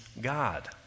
God